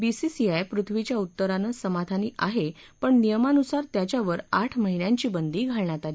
BCCI पृथ्वीच्या उत्तरानं समाधानी आहे पण नियमानुसार त्याच्यावर आठ महिन्यांची बंदी घालण्यात आली आहे